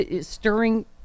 stirring